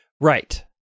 Right